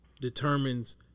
determines